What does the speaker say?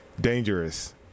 Dangerous